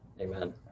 Amen